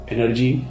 Energy